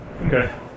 okay